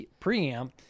preamp